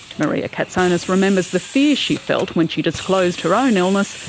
maria katsonis remembers the fear she felt when she disclosed her own illness,